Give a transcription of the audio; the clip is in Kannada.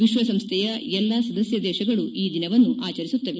ವಿಶ್ವಸಂಸ್ಥೆಯ ಎಲ್ಲ ಸದಸ್ಯ ದೇಶಗಳು ಈ ದಿನವನ್ನು ಆಚರಿಸುತ್ತವೆ